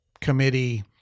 Committee